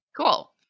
cool